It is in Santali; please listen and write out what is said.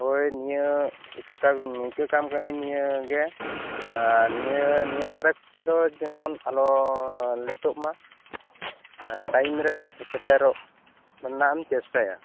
ᱦᱳᱭ ᱱᱤᱭᱟᱹ ᱤᱠᱟᱹ ᱠᱟᱢ ᱤᱠᱟᱹ ᱠᱟᱢ ᱠᱟᱹᱱᱟᱹᱧ ᱱᱤᱭᱟᱹ ᱜᱮ ᱟᱨ ᱱᱤᱭᱟᱹ ᱱᱤᱭᱟᱹ ᱯᱚᱨᱮ ᱠᱷᱚᱱ ᱫᱚ ᱡᱮᱢᱚᱱ ᱟᱞᱚ ᱞᱮᱹᱴᱳᱜ ᱢᱟ ᱴᱟᱭᱤᱢ ᱨᱮ ᱥᱮᱴᱮᱨᱚᱜ ᱨᱮᱱᱟᱜ ᱮᱢ ᱪᱮᱥᱴᱟᱭᱟ